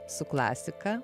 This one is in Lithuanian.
su klasika